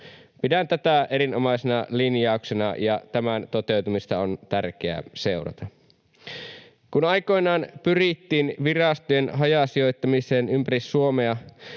Pidän tätä erinomaisena linjauksena, ja tämän toteutumista on tärkeää seurata. Kun aikoinaan pyrittiin virastojen hajasijoittamiseen ympäri Suomea,